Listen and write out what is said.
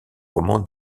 roman